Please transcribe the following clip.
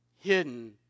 hidden